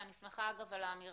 ואני שמחה על האמירה